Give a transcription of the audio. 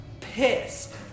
pissed